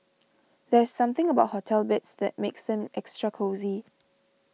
there's something about hotel beds that makes them extra cosy